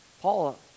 Paul